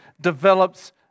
develops